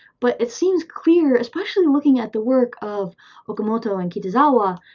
but it seems clear especially looking at the work of okamoto and kitazawa